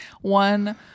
one